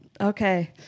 okay